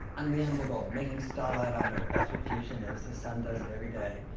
unreasonable goal making starlight on earth. that's what fusion is. the sun does it every day.